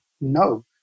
no